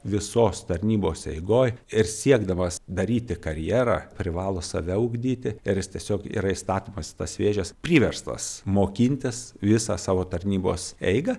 visos tarnybos eigoj ir siekdamas daryti karjerą privalo save ugdyti ir jis tiesiog yra įstatomas į tas vėžes priverstas mokintis visą savo tarnybos eigą